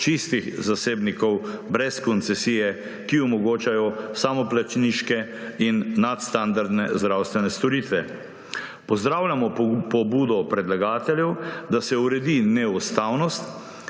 čistih zasebnikov brez koncesije, ki omogočajo samoplačniške in nadstandardne zdravstvene storitve. Pozdravljamo pobudo predlagateljev, da se uredi neustavnost,